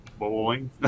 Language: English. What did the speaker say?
bowling